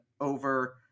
over